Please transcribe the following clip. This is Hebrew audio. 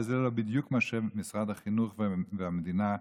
וזה לא בדיוק מה שמשרד החינוך והמדינה רוצים.